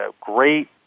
great